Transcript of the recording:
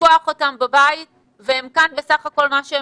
לשכוח אותם בבית וכאן בסך הכול מה שהם